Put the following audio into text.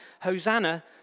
hosanna